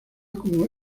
como